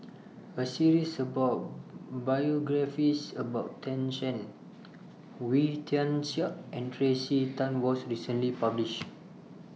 A series of biographies about Tan Shen Wee Tian Siak and Tracey Tan was recently published